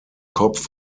kopf